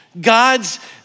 God's